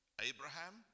Abraham